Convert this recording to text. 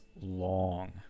long